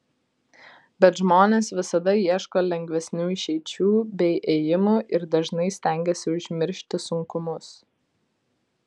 bet žmonės visada ieško lengvesnių išeičių bei ėjimų ir dažnai stengiasi užmiršti sunkumus